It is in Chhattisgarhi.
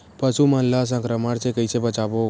पशु मन ला संक्रमण से कइसे बचाबो?